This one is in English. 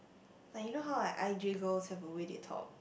like you know how like I_J girls have a way they talk